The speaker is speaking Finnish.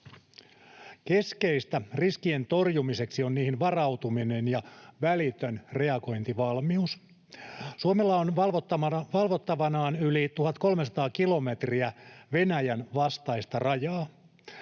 Keskeistä riskien torjumiseksi on niihin varautuminen ja välitön reagointivalmius. Suomella on valvottavanaan yli 1 300 kilometriä Venäjän vastaista rajaa.